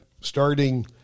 starting